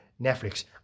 Netflix